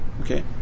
okay